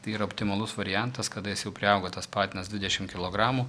tai yra optimalus variantas kada jis jau priaugo tas patinas dvidešim kilogramų